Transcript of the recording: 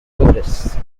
tourists